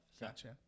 Gotcha